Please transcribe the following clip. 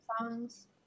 songs